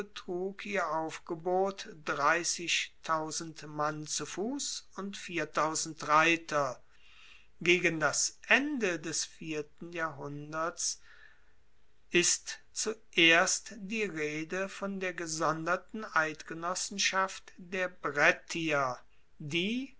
betrug ihr aufgebot mann zu fuss und reiter gegen das ende des vierten jahrhunderts ist zuerst die rede von der gesonderten eidgenossenschaft der brettier die